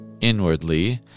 inwardly